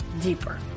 deeper